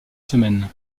semaine